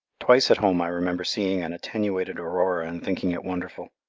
twice at home i remember seeing an attenuated aurora and thinking it wonderful.